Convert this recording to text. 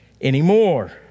anymore